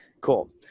Cool